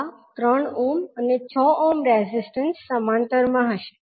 આ 3 ઓહ્મ અને 6 ohm resistance સમાંતર હશે